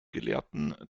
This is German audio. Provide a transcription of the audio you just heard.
gelehrten